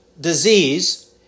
disease